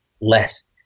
less